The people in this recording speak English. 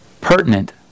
pertinent